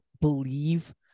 believe